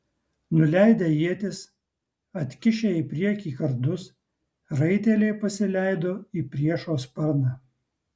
nuleidę ietis atkišę į priekį kardus raiteliai pasileido į priešo sparną